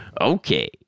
Okay